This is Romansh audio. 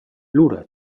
lura